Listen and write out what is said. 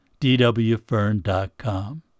dwfern.com